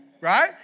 Right